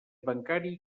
bancari